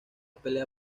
pelea